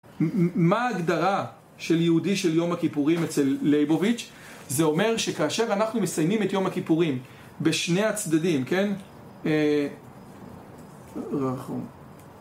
מה ההגדרה של יהודי של יום הכיפורים אצל ליבוביץ' זה אומר שכאשר אנחנו מסיימים את יום הכיפורים בשני הצדדים, כן? אה... רחום.